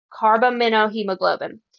carbaminohemoglobin